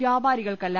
വ്യാപാരികൾക്ക ല്ല